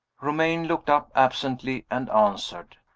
romayne looked up absently, and answered,